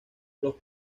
los